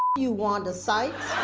you wanda sykes.